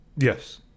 Yes